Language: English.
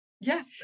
Yes